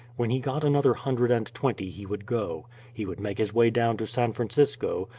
when he got another hundred and twenty he would go he would make his way down to san francisco,